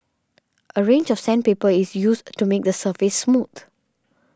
a range of sandpaper is used to make the surface smooth